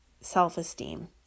self-esteem